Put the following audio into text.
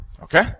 Okay